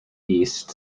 east